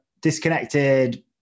disconnected